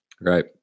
Right